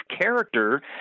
character